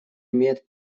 имеет